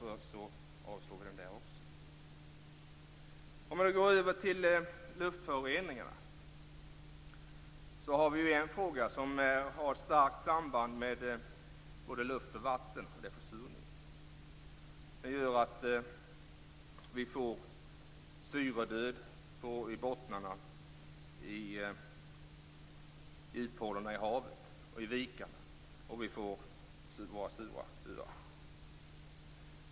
Jag yrkar därför avslag på den reservationen också. Jag går så över till luftföroreningarna. Vi har där en fråga som har starkt samband med både luft och vatten, och det är försurningen. Den gör att vi får syredöd i bottnarna, i djuphålorna i havet och i vikarna, och vi får våra sura sjöar.